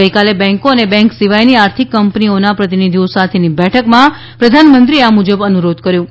ગઈકાલે બેન્કો અને બેન્ક સિવાયની આર્થિક કંપનીઓના પ્રતિનિધિઓ સાથેની બેઠકમાં પ્રધાનમંત્રીએ આ મુજબ અનુરોધ કર્યો હતો